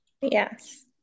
Yes